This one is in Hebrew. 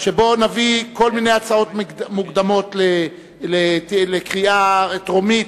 שבו נביא כל מיני הצעות מוקדמות לקריאה טרומית,